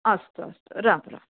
अस्तु अस्तु राम् राम्